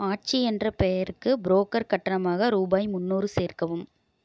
ஆச்சி என்ற பெயருக்கு புரோக்கர் கட்டணமாக ரூபாய் முந்நூறு சேர்க்கவும்